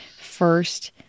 first